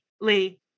Lee